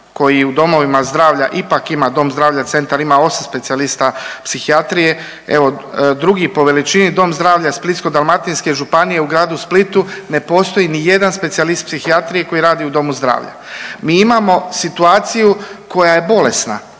koji u domovima zdravlja ipak ima Dom zdravlja Centar ima 8 specijalista psihijatrije. Evo drugi po veličini dom zdravlja Splitsko-dalmatinske županije u gradu Splitu ne postoji ni jedan specijalist psihijatrije koji radi u domu zdravlja. Mi imamo situaciju koja je bolesna,